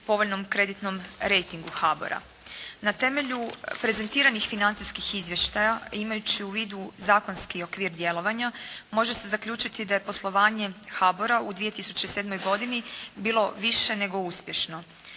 povoljnom kreditnom rejtingu HABOR-a. Na temelju prezentiranih financijskih izvještaja, imajući u vidu zakonski okvir djelovanja može se zaključiti da je poslovanje HABOR-a u 2007. godini bilo više nego uspješno.